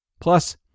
Plus